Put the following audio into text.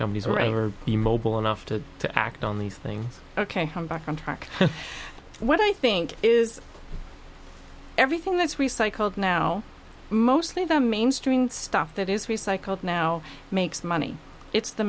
companies are ever be mobile enough to to act on these things ok i'm back on track what i think is everything that's recycled now mostly the mainstream stuff that is recycled now makes money it's the